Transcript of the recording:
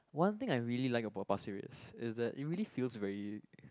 one thing I really like about Pasir-Ris is that it really feels very